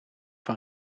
van